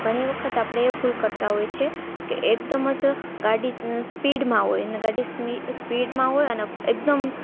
ઘણી વખત આપણે એ ભૂલ કરતાં હોય છે કે એકદમ જ ગાડી સ્પીડમાં હોય ને ગાડી સ્પીડમાં હોય અને એકદમ